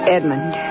Edmund